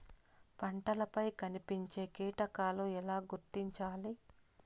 పంటలపై కనిపించే కీటకాలు ఎలా గుర్తించాలి?